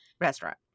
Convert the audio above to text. restaurant